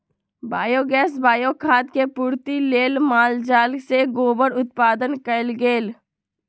biogas, bio खाद के पूर्ति लेल माल जाल से गोबर उत्पादन कएल गेल